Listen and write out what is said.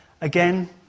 Again